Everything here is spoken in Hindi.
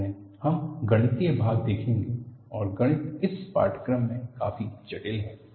बाद में हम गणितीय भाग देखेंगे और गणित इस पाठ्यक्रम में काफी जटिल है